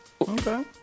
Okay